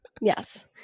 Yes